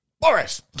Boris